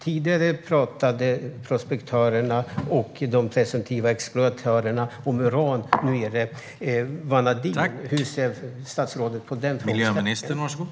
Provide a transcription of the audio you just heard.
Tidigare pratade prospektörerna och de presumtiva exploatörerna om uran. Nu är det vanadin. Hur ser statsrådet på den frågeställningen?